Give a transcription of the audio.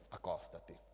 Accostati